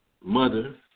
mother